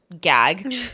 Gag